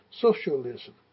Socialism